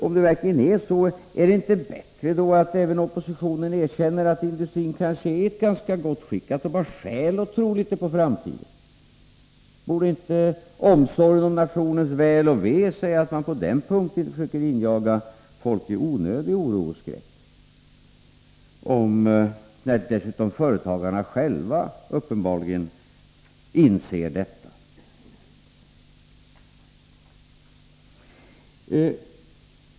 Om det är så, är det inte då bättre att även oppositionen erkänner att industrin kanske är i ett ganska gott skick, att den har skäl att tro litet på framtiden? Borde inte omsorgen om nationens väl och ve göra att man på den punkten inte försökte injaga onödig oro och skräck i folk — detta så mycket mera som företagarna själva inser det?